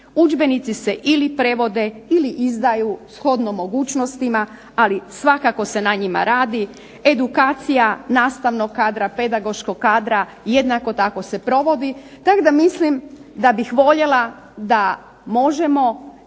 udžbenici se ili prevodi ili izdaju shodno mogućnostima, ali svakako se na njima radi, edukacija nastavnog kadra, pedagoškog kadra jednako tako se provodi tako da mislim da bih voljela da možemo